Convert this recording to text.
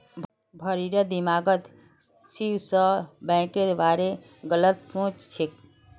भारिर दिमागत स्विस बैंकेर बारे गलत सोच छेक